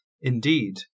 Indeed